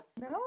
No